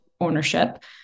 ownership